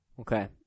Okay